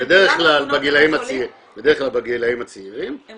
בדרך כלל בגילאים הצעירים --- הן